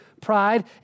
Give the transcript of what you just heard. pride